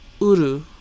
Uru